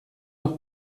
noch